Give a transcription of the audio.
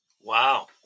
Wow